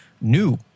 new